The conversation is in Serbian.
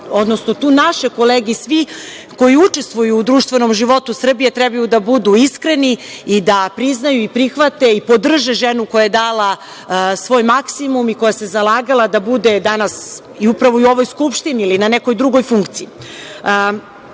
osporimo. Tu naše kolege i svi koji učestvuju u društvenom životu Srbije treba da budu iskreni i da priznaju, prihvate i podrže ženu koja je dala svoj maksimum i koja se zalagala da bude danas i upravo i u ovoj Skupštini ili na nekoj drugoj